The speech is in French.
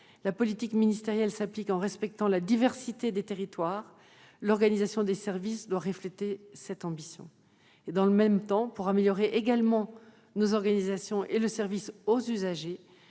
La politique ministérielle s'applique en respectant la diversité des territoires. L'organisation des services doit refléter cette ambition. Dans le même temps, pour améliorer également nos organisations et le service aux usagers,